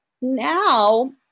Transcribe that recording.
now